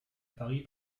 paris